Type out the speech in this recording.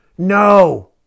No